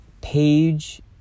page